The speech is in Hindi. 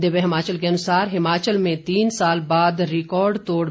दिव्य हिमाचल के अनुसार हिमाचल में तीन साल बाद रिकॉर्डतोड़ बर्फबारी